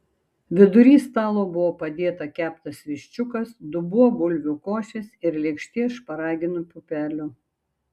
vidury stalo buvo padėta keptas viščiukas dubuo bulvių košės ir lėkštė šparaginių pupelių